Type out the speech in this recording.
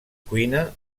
cuina